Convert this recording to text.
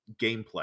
gameplay